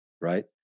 right